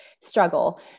struggle